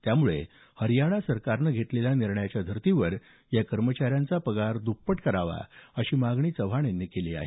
त्यामुळे हरियाणा सरकारनं घेतलेल्या निर्णयाच्या धर्तीवर या कर्मचाऱ्यांचा पगार द्रप्पट करावा अशी मागणी चव्हाण यांनी केली आहे